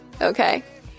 okay